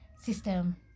system